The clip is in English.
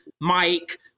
Mike